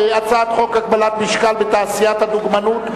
הצעת חוק הגבלת משקל בתעשיית הדוגמנות,